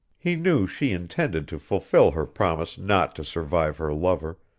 he knew she intended to fulfil her promise not to survive her lover,